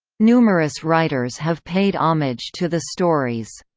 numerous writers have paid homage to the stories.